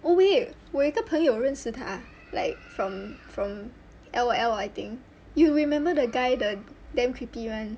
oh wait 我有一个朋友认识她 like from from L_O_L I think you remember the guy the damn creepy [one]